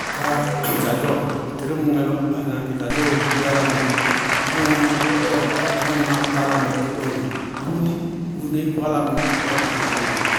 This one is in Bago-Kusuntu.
Bʋká dzadzɔɔ, tɩrɩmʋŋɛ lɔ baá gnañ kɩ. Dzadzɔɔɔ lili álámɩná. Náŋʋnáá náŋʋnáá kʋ álámɩná tikpóomɛ, gúúni gúúni kú álámɩná, bɔɔ lɔɔ baa gañŋá bɩɩ dzɛ.